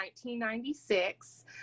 1996